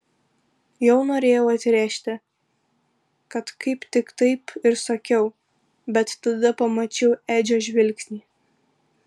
jau norėjau atrėžti kad kaip tik taip ir sakiau bet tada pamačiau edžio žvilgsnį